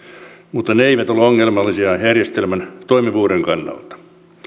mutta ne eivät ole ongelmallisia järjestelmän toimivuuden kannalta